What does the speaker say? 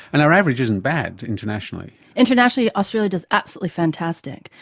and our average isn't bad internationally. internationally australia does absolutely fantastic,